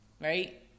Right